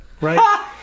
right